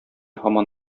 һаман